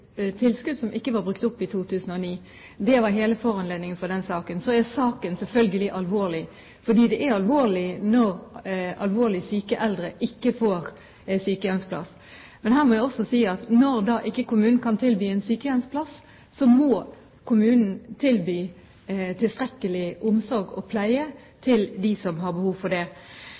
2009. Det var hele foranledningen for den saken. Saken er selvfølgelig alvorlig, for det er alvorlig når alvorlig syke eldre ikke får sykehjemsplass. Her må jeg også si at når kommunen ikke kan tilby en sykehjemsplass, må kommunen tilby tilstrekkelig omsorg og pleie til dem som har behov for det.